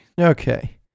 Okay